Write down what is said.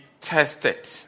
tested